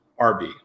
RB